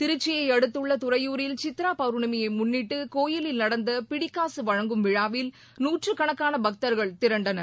திருச்சியை அடுத்துள்ள துறையூரில் சித்ரா பவுர்ணமியை முன்னிட்டு கோயிலில் நடந்த பிடிக்காசு வழங்கும் விழாவில் நூற்றுக்கணக்கான பக்தர்கள் திரண்டனர்